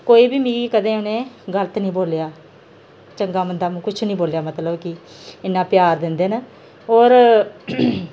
कोई बी मी कदें उ'नें गलत निं बोल्लेआ चंगा मंदा किश निं बोल्लेआ मतलब कि इन्ना प्यार दिंदे न होर